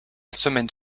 semaine